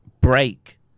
break